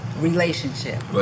relationship